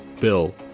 Bill